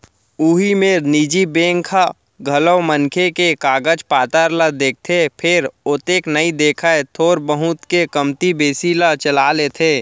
उही मेर निजी बेंक ह घलौ मनखे के कागज पातर ल देखथे फेर ओतेक नइ देखय थोर बहुत के कमती बेसी ल चला लेथे